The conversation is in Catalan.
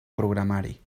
programari